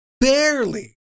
barely